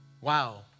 Wow